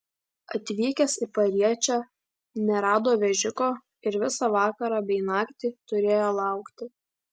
atvykęs į pariečę nerado vežiko ir visą vakarą bei naktį turėjo laukti